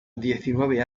diecinueve